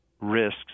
risks